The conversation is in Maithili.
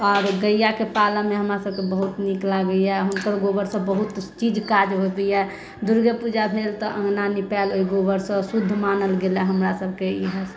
आओर गैयाके पालऽमे हमरा सभकेँ बहुत नीक लगैया हमसभ गोबरसँ बहुत चीज काज होइया दुर्गे पूजा भेल तऽ अङ्गना निपायल ओहि गोबरसँ शुद्ध मानल गेलैया हमरा सभकेँ इहे सभ